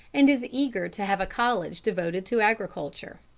and is eager to have a college devoted to agriculture.